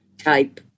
type